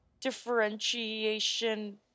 differentiation